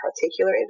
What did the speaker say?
particular